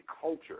culture